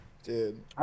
dude